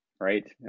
Right